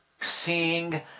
Seeing